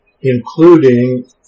including